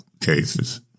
cases